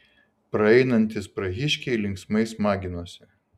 praeinantys prahiškiai linksmai smaginosi